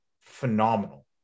phenomenal